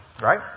right